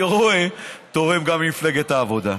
אני רואה תורם, גם למפלגת העבודה,